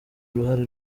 uruhare